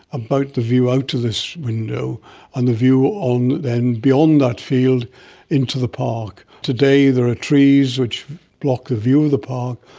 about the view out of this window and the view on then beyond that field into the park. today there are trees which block the view of the park,